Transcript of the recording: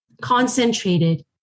concentrated